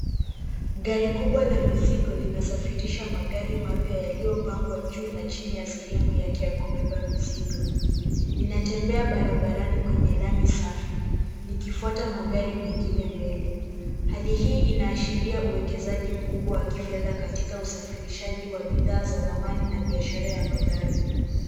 Gari kubwa la mizigo linasafirisha magari mapya yaliyopangwa juu na chini ya sehemu yake ya kubeba mizigo. Linatembea barabarani kwenye lami safi likifuata magari mengine mbele. Hali hii inaashiria uwekezaji mkubwa wa kifedha katika usafirishaji wa bidhaa za dhamani na biashara ya magari.